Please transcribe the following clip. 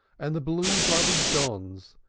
and the blue-blooded dons,